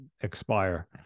expire